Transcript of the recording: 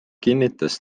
kinnitas